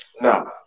No